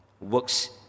works